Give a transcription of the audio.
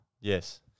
Yes